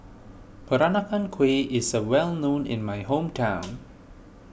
Peranakan Kueh is well known in my hometown